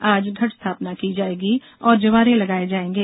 आज घट स्थापना की जाएगी और जवारे लगाए जाएगे